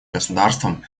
государствам